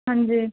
ਹਾਂਜੀ